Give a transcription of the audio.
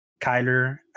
Kyler